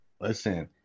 listen